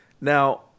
now